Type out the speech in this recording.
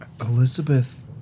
Elizabeth